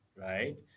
right